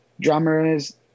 drummers